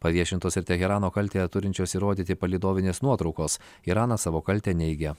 paviešintos ir teherano kaltę turinčios įrodyti palydovinės nuotraukos iranas savo kaltę neigia